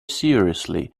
seriously